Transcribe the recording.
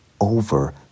over